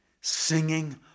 singing